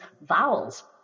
vowels